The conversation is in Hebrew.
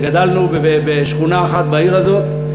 גדלנו בשכונה אחת בעיר הזאת,